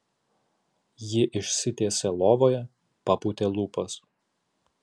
ji išsitiesė lovoje papūtė lūpas